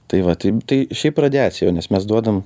tai va taip tai šiaip radiacija o nes mes duodam